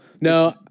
no